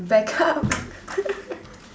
back up